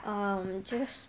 um just